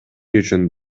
үчүн